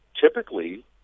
typically